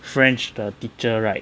french 的 teacher right